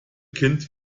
kind